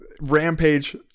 Rampage